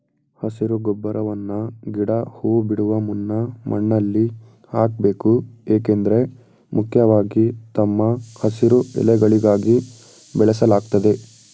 ಹಸಿರು ಗೊಬ್ಬರವನ್ನ ಗಿಡ ಹೂ ಬಿಡುವ ಮುನ್ನ ಮಣ್ಣಲ್ಲಿ ಹಾಕ್ಬೇಕು ಏಕೆಂದ್ರೆ ಮುಖ್ಯವಾಗಿ ತಮ್ಮ ಹಸಿರು ಎಲೆಗಳಿಗಾಗಿ ಬೆಳೆಸಲಾಗ್ತದೆ